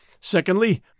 Secondly